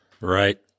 right